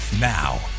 Now